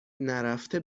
نرفته